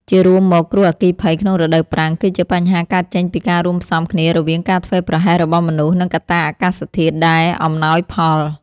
ជារួមមក គ្រោះអគ្គីភ័យក្នុងរដូវប្រាំងគឺជាបញ្ហាកើតចេញពីការរួមផ្សំគ្នារវាងការធ្វេសប្រហែសរបស់មនុស្ស និងកត្តាអាកាសធាតុដែលអំណោយផល។